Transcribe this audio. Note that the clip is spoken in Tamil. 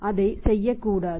அதை செய்யக்கூடாது